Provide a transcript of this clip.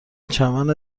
چمن